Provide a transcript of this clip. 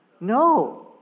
No